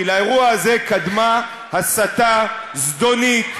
כי לאירוע הזה קדמה הסתה זדונית,